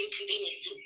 inconvenience